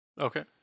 Okay